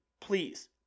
Please